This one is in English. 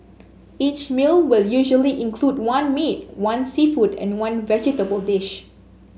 each meal will usually include one meat one seafood and one vegetable dish